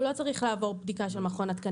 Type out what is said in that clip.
הוא לא צריך לעבור בדיקה של מכון התקנים.